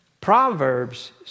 Proverbs